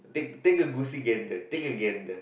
take take a take a gain there